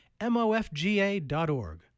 MOFGA.org